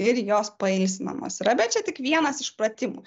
ir jos pailsinamos yra bet čia tik vienas iš pratimų